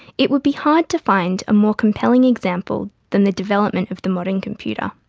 it would be hard to find a more compelling example than the development of the modern computer,